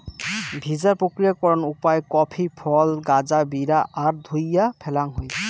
ভিজা প্রক্রিয়াকরণ উপায় কফি ফল গাঁজা বিরা আর ধুইয়া ফ্যালাং হই